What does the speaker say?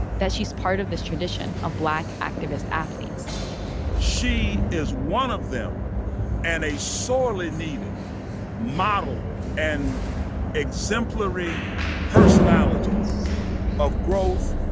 that she's part of this tradition of black activist athletes she is one of them and a sorely needed model and exemplary personality of growth,